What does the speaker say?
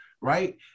right